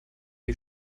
die